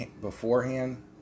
beforehand